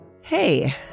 Hey